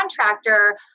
contractor